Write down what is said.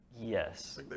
Yes